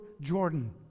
Jordan